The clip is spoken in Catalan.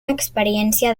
experiència